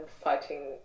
fighting